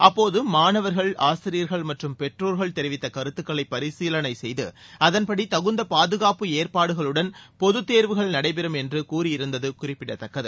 அப்போது மாணவர்கள் ஆசிரியர்கள் மற்றும் பெற்றோர் தெரிவித்த கருத்துக்களைப் பரிசீலனை செய்து அதன்படி தகுந்த பாதுகாப்பு ஏற்பாடுகளுடன் பொதுத்தேர்வுகள் நடைபெறும் என்று கூறி இருந்தது குறிப்பிடத்தக்கது